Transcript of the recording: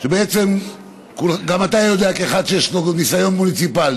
בעצם גם אתה יודע, כאחד שיש לו ניסיון מוניציפלי: